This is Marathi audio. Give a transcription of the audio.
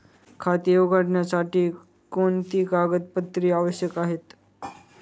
खाते उघडण्यासाठी कोणती कागदपत्रे आवश्यक आहे?